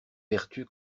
vertu